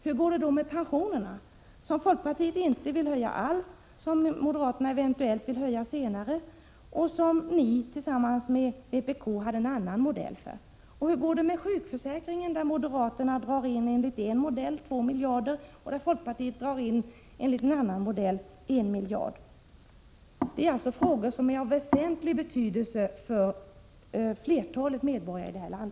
Hur går det då med pensionerna, som folkpartiet inte vill höja alls, som moderaterna eventuellt vill höja senare och som ni i centern tillsammans med vpk har en annan modell för? Hur går det med sjukförsäkringen, där moderaterna vill dra in 2 miljarder enligt en modell och där folkpartiet enligt en annan modell vill dra in 1 miljard? Detta är frågor som är av väsentlig betydelse för flertalet medborgare i detta land.